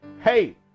Hey